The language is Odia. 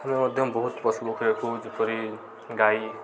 ଆମେ ମଧ୍ୟ ବହୁତ ପଶୁପକ୍ଷୀ ରଖୁ ଯେପରି ଗାଈ